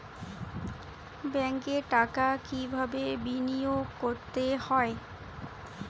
ব্যাংকে টাকা কিভাবে বিনোয়োগ করতে হয়?